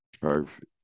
Perfect